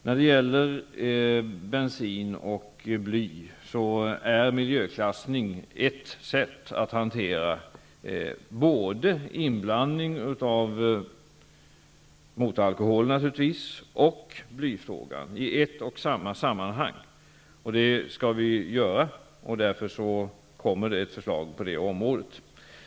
När det gäller bensin och bly är miljöklassning ett sätt att hantera både inblandning av motoralkohol och blyfrågan i ett sammanhang, och därför kommer ett förslag på det området.